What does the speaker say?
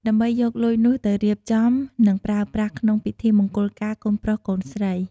ដើម្បីយកលុយនោះទៅ រៀបចំ និងប្រើប្រាស់ក្នុងពិធីមង្គលការកូនប្រុស កូនស្រី។